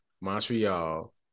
Montreal